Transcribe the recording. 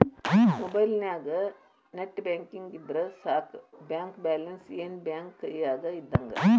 ಮೊಬೈಲ್ನ್ಯಾಗ net banking ಇದ್ರ ಸಾಕ ಬ್ಯಾಂಕ ಬ್ಯಾಲೆನ್ಸ್ ಏನ್ ಬ್ಯಾಂಕ ಕೈಯ್ಯಾಗ ಇದ್ದಂಗ